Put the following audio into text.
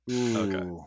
Okay